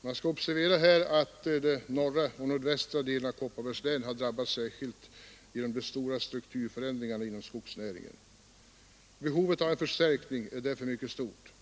Man skall observera att de norra och nordvästra delarna av Kopparbergs län har drabbats särskilt hårt genom de stora strukturförändringarna inom skogsnäringen. Behovet av en förstärkning är därför mycket stort.